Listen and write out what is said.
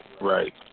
Right